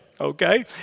Okay